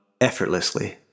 effortlessly